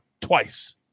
twice